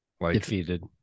Defeated